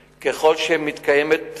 3. כמה מתוך אותם